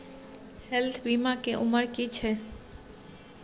Health बीमा के उमर की छै?